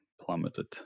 plummeted